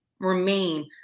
remain